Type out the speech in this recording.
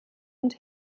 und